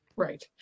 Right